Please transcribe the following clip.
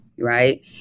Right